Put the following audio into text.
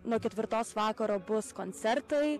nuo ketvirtos vakaro bus koncertai